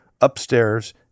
upstairs